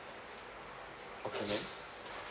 okay ma'am